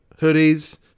hoodies